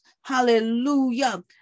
Hallelujah